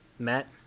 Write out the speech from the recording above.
Matt